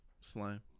Slime